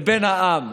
לבין העם.